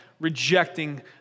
rejecting